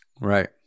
right